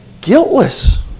Guiltless